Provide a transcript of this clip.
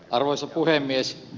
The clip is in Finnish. arvoisa puhemies